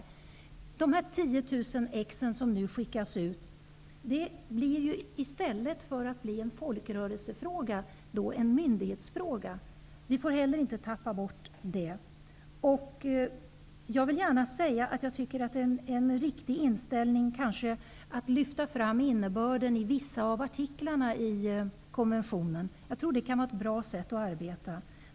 I och med att dessa 10 000 exemplar nu skickas ut, blir detta nu en myndighetsfråga i stället för en folkrörelsefråga. Vi får inte tappa bort det heller. Jag vill gärna säga att jag tycker att det kanske är en riktig inställning att lyfta fram innebörden i vissa av artiklarna i konventionen. Jag tror att det kan vara ett bra sätt att arbeta.